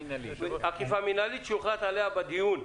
אכיפה מינהלית שיוחלט עליה בדיון.